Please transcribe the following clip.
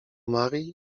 marii